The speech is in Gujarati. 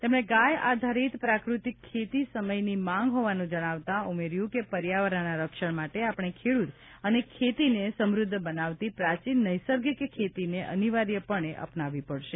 તેમણે ગાય આધારિત પ્રાકૃતિક ખેતી સમયની માંગ હોવાનું જણાવતાં ઉમેર્યું કે પર્યાવરણના રક્ષણ માટે આપણે ખેડ્રત અને ખેતીને સમ્રદ્ધ બનાવતી પ્રાચીન નૈસર્ગિક ખેતીને અનિવાર્યપણે અપનાવવી પડશે